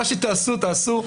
מה שתעשו, תעשו.